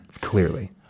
clearly